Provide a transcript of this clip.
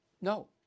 No